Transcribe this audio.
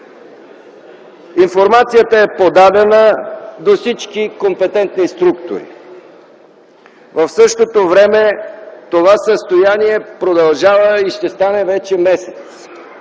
Информацията е подадена до всички компетентни структури. В същото време това състояние продължава и ще стане вече месец.